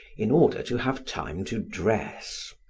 in order to have time to dress,